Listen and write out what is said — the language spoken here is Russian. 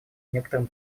некоторым